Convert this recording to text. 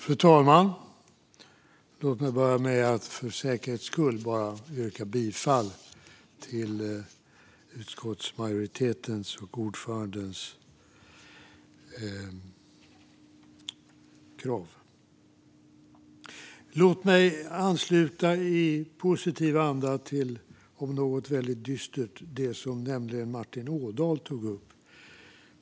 Fru talman! Låt mig för säkerhets skull börja med att yrka bifall till utskottsmajoritetens och ordförandens krav. Jag vill i positiv anda ansluta till något dystert, nämligen det som Martin Ådahl tog upp.